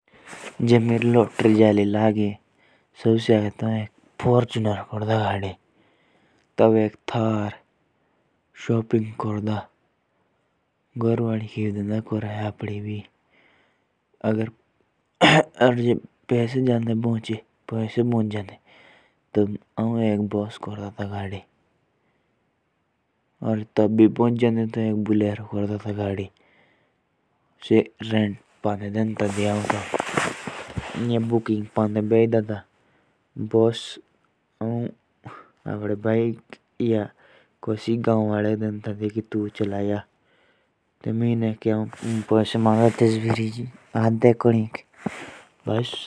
अगर मेरी लॉटरी लग जाए गी ना तो सबसे पहिले मैं फॉर्च्यूनर और थार और बोलेरो को लूँगा। बोलेरो को किराए पे दे दूँगा फिर उससे पैसे कमाऊँगा।